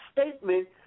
statement